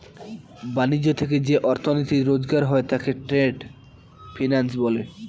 ব্যাণিজ্য থেকে যে অর্থনীতি রোজগার হয় তাকে ট্রেড ফিন্যান্স বলে